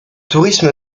tourisme